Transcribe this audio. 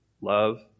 love